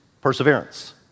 perseverance